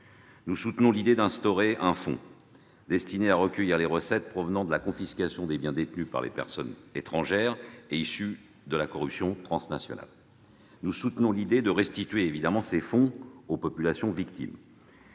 Nous soutenons l'idée d'instaurer un fonds destiné à recueillir les recettes provenant de la confiscation des biens détenus par des personnes étrangères, issus de la corruption transnationale. Nous soutenons l'idée de restituer ces sommes aux populations victimes.